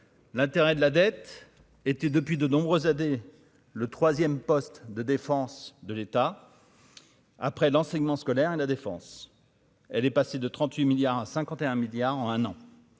l'intérêt de la dette était depuis de nombreuses années le 3ème poste de défense de l'État après l'enseignement scolaire et la défense, elle est passée de 38 milliards à 51 milliards en un an,